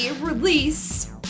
release